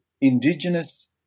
Indigenous